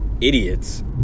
idiots